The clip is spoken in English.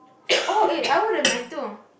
oh eh I would have mind too